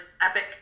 epic